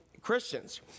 Christians